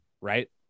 right